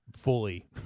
Fully